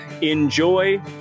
Enjoy